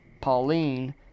Pauline